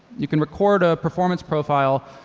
you can record a performance profile,